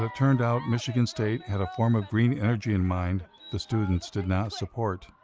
ah turned out michigan state had a form of green energy in mind the students did not support.